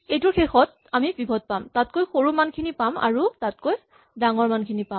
এইটোৰ শেষত আমি পিভট পাম তাতকৈ সৰু মানখিনি পাম আৰু তাতকৈ ডাঙৰ মানখিনি পাম